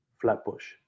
Flatbush